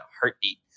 heartbeat